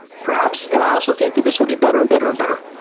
perhaps. and i also think that this will get better and better and better.